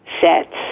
sets